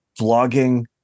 vlogging